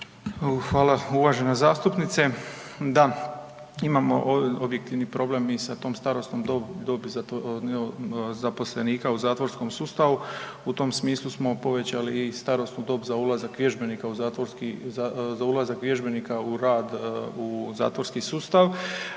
Hvala uvažena zastupnice, da imamo objektivni problem i sa tom starosnom dobi zaposlenika u zatvorskom sustavu. U tom smislu smo povećali i starosnu dob za ulazak vježbenika u zatvorski, za